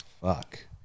Fuck